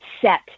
set